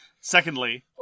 Secondly